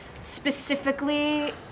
Specifically